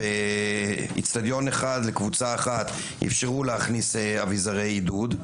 שבאצטדיון אחד לקבוצה אחת אפשרו להכניס אביזרי עידוד,